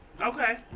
Okay